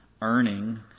earning